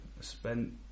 spent